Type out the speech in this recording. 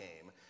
game